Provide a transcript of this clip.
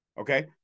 okay